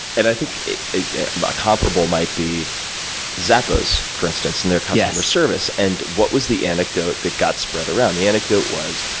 and, i think ah comparable might be zappos, for instance. and, their customer service. and, what was the anecdote that got spread around? around? the anecdote was,